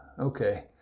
Okay